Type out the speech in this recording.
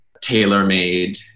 tailor-made